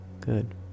Good